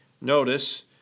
Notice